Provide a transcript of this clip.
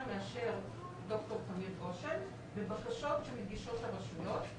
מאשר ד"ר תמיר גשן בבקשות שמגישות הרשויות.